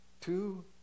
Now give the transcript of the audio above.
Two